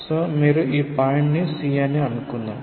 so మీరు ఈ point ని C అని అనుకుందాం